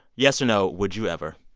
yes or no, would you ever?